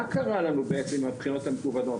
מה קרה לנו בעצם עם הבחינות המקוונות?